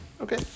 Okay